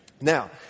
Now